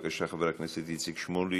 בבקשה, חבר הכנסת איציק שמולי.